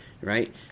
right